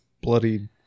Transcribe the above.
bloody